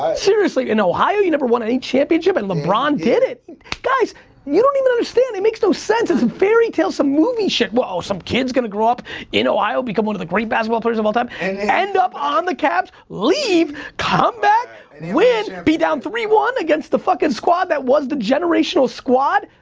ah seriously, in ohio, you never won any championship and lebron did, guys you don't even understand, it makes no sense, it's fairytale some movie shit, but oh some kids gonna grow up in ohio, become one of the great basketball players of all time end up on the cabs, leave, come back, win, be down three one against the fucking squad that was the generational squad,